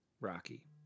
Rocky